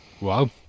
wow